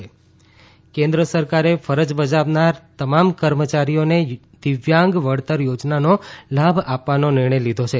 દિવ્યાંગ વળતર કેન્દ્ર સરકારે ફરજ બજાવનાર તમામ કર્મચારીઓને દિવ્યાંગ વળતર યોજનાનો લાભ આપવાનો નિર્ણય લીધો છે